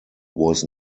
was